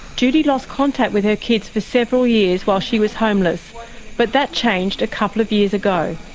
judy lost contact with her kids for several years while she was homeless but that changed a couple of years ago.